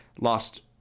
lost